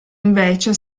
invece